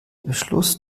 beschluss